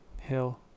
hill